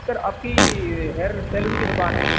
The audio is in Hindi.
सर आपकी हेयर सैलून की दुकान है